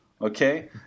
Okay